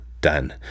done